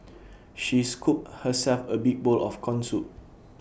she scooped herself A big bowl of Corn Soup